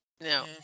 No